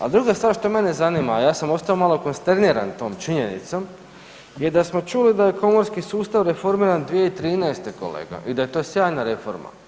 A druga stvar što mene zanima, ja sam ostao malo konsterniran tom činjenicom je da smo čuli da je komorski sustav reformiran 2013., kolega i da je to sjajna reforma.